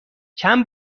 چند